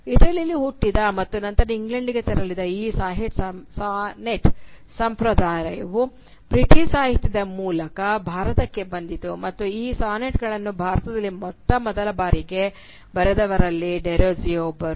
ಇಟಲಿಯಲ್ಲಿ ಹುಟ್ಟಿದ ಮತ್ತು ನಂತರ ಇಂಗ್ಲೆಂಡಿಗೆ ತೆರಳಿದ ಈ ಸಾನೆಟ್ ಸಂಪ್ರದಾಯವು ಬ್ರಿಟಿಷ್ ಸಾಹಿತ್ಯದ ಮೂಲಕ ಭಾರತಕ್ಕೆ ಬಂದಿತು ಮತ್ತು ಈ ಸಾನೆಟ್ ಗಳನ್ನು ಭಾರತದಲ್ಲಿ ಮೊದಲ ಬಾರಿಗೆ ಬರೆದವರಲ್ಲಿ ಡೆರೋಜಿಯೊ ಒಬ್ಬರು